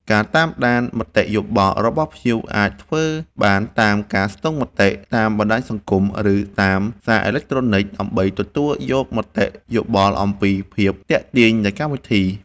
ការតាមដានមតិយោបល់របស់ភ្ញៀវអាចធ្វើបានតាមការស្ទង់មតិ តាមបណ្ដាញសង្គម ឬតាមសារអេឡិចត្រូនិច ដើម្បីទទួលយកមតិយោបល់អំពីភាពទាក់ទាញនៃកម្មវិធី។